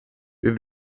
wir